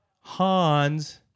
Hans